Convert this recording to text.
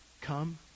Come